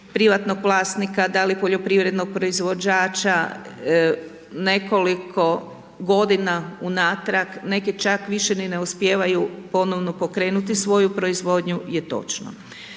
privatnog vlasnika, da li poljoprivrednog proizvođača, nekoliko godina unatrag, neki čak više ni ne uspijevaju ponovno pokrenuti svoju proizvodnju, je točno.